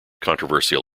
controversial